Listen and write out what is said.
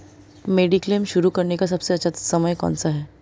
Mediclaim शुरू करने का सबसे अच्छा समय कौनसा है?